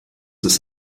ist